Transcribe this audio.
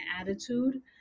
attitude